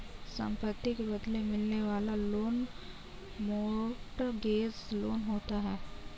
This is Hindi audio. संपत्ति के बदले मिलने वाला लोन मोर्टगेज लोन होता है